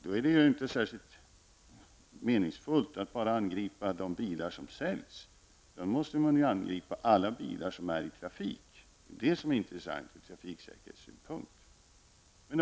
Då är det ju inte särskilt meningsfullt att bara inrikta sig på de bilar som säljs, utan då måste man inrikta sig på alla bilar som är i trafik -- det är det som är intressant från trafiksäkerhetssynpunkt.